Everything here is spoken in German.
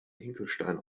hinkelstein